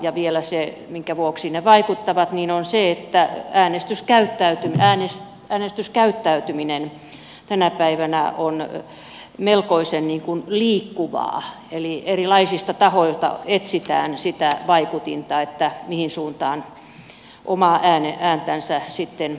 ja vielä se minkä vuoksi ne vaikuttavat on se että äänestyskäyttäytyminen tänä päivänä on melkoisen liikkuvaa eli erilaisilta tahoilta etsitään sitä vaikutinta mihin suuntaan omaa ääntänsä sitten antaa